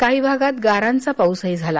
काही भागांत गारांचा पाऊसही झाला